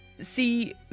See